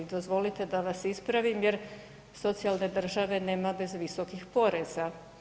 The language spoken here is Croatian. Dozvolite da vas ispravim jer socijalne države nema bez visokih poreza.